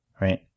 right